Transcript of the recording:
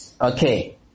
Okay